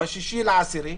ב-6 באוקטובר,